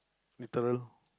literal